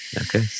Okay